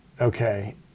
okay